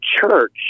church